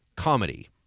comedy